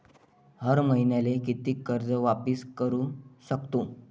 हर मईन्याले कितीक कर्ज वापिस करू सकतो?